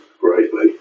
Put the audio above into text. greatly